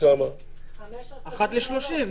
אחת ל-30.